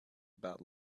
about